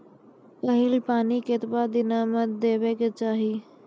पहिल पानि कतबा दिनो म देबाक चाही?